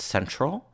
Central